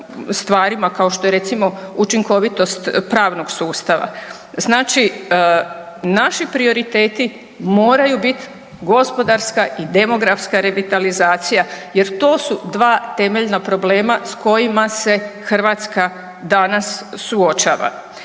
kao što je recimo učinkovitost pravnog sustava. Znači naši prioriteti moraju biti gospodarska i demografska revitalizacija jer to su 2 temeljna problema s kojima se Hrvatska danas suočava.